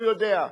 והוא יודע.